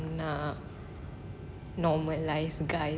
normalise guys crying